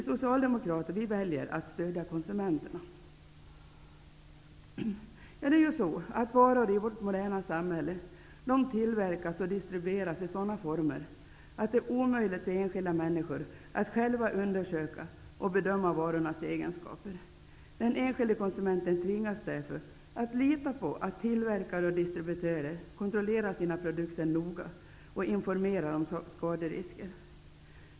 Vi socialdemokrater väljer att stödja konsumenterna. Varor i vårt moderna samhälle tillverkas och distribueras i sådana former att det är omöjligt för enskilda människor att själva undersöka och bedöma varornas egenskaper. Den enskilde konsumenten tvingas därför att lita på att tillverkare och distributörer kontrollerar sina produkter noga och informerar om skaderisker.